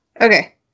Okay